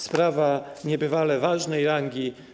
Sprawa niebywale ważnej rangi.